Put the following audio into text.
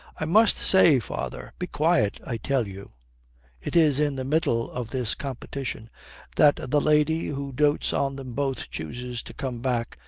i must say, father be quiet, i tell you it is in the middle of this competition that the lady who dotes on them both chooses to come back,